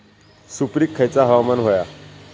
सुपरिक खयचा हवामान होया?